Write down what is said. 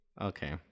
Okay